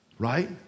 Right